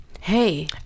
hey